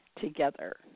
together